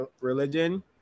religion